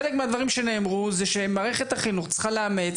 חלק מהדברים שנאמרו זה שמערכת החינוך צריכה לאמץ